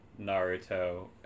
naruto